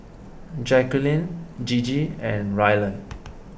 Jacqulyn Gigi and Ryland